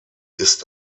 ist